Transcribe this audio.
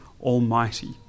Almighty